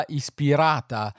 ispirata